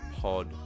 Pod